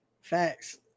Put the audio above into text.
Facts